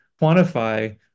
quantify